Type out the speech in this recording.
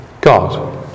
God